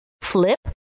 flip